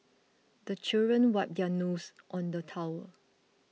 the children wipe their noses on the towel